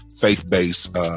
faith-based